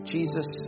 Jesus